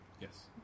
Yes